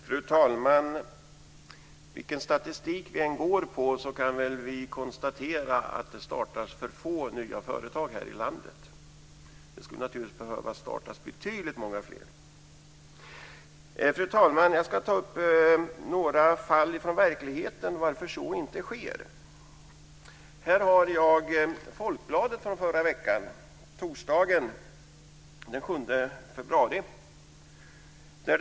Fru talman! Vilken statistik vi än går efter kan vi konstatera att det startas för få nya företag här i landet. Det skulle naturligtvis behöva startas betydligt många fler. Fru talman! Jag ska ta upp några fall från verkligheten som visar varför så inte sker. Här har jag i min hand Folkbladet från förra veckan, torsdagen den 7 februari.